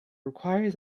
requires